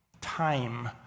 time